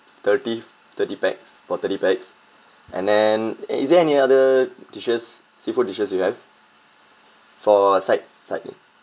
thirty thirty pax for thirty pax and then is there any other dishes seafood dishes you have for sides sides